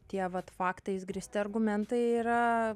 tie vat faktais grįsti argumentai yra